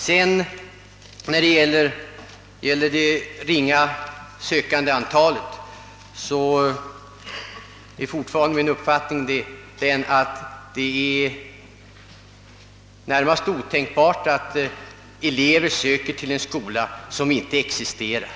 Vad gäller det ringa antalet sökande till de aktuella två stockholmsskolorna är det min uppfattning, att elever icke 1 första hand söker till en skola som inte existerar.